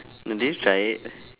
do they fight